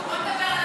בוא נדבר על